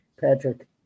Patrick